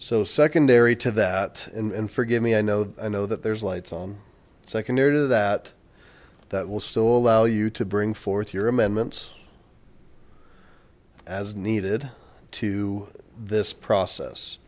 so secondary to that and forgive me i know i know that there's lights on secondary to that that will still allow you to bring forth your amendments as needed to this process